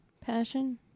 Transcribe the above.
Passion